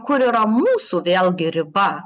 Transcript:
kur yra mūsų vėlgi riba